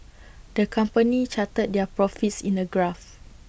the company charted their profits in A graph